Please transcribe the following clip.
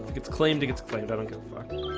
it's claimed to get the claimed i don't go far